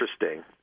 Interesting